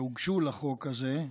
שהוגשו לחוק הזה,